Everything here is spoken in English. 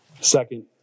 Second